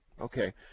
Okay